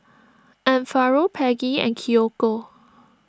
Amparo Peggy and Kiyoko